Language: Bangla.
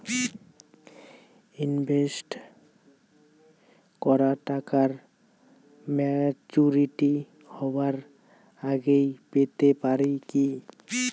ইনভেস্ট করা টাকা ম্যাচুরিটি হবার আগেই পেতে পারি কি?